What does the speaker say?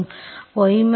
C e y